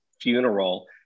funeral